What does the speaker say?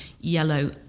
yellow